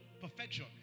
perfection